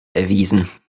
erwiesen